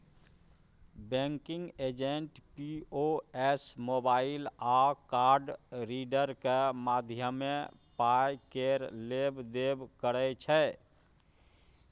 banking agent POS, mobile आ card रीडरक माध्यमे पाय केर लेब देब करै छै